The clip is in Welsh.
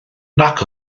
nac